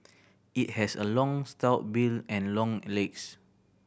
it has a long stout bill and long legs